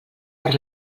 per